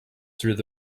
through